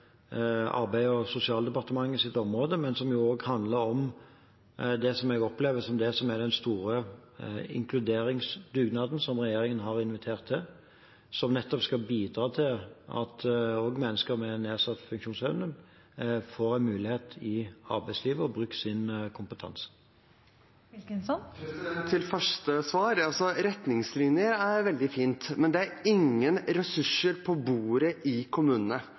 og sosialdepartementets område, men som også handler om det jeg opplever som den store inkluderingsdugnaden regjeringen har invitert til, som nettopp skal bidra til at også mennesker med nedsatt funksjonsevne får en mulighet i arbeidslivet og får brukt sin kompetanse. Til det første i svaret: Retningslinjer er veldig fint, men det er ingen ressurser på bordet i kommunene,